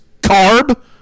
Carb